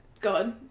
God